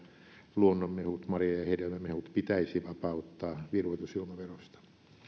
luonnonmehut marja ja ja hedelmämehut pitäisi vapauttaa virvoitusjuomaverosta